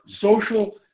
social